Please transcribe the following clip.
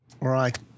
right